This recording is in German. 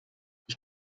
ich